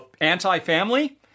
anti-family